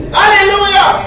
hallelujah